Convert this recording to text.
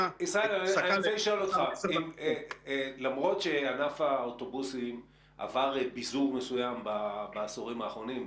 --- למרות שענף האוטובוסים עבר ביזור מסוים בעשורים האחרונים,